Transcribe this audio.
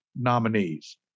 nominees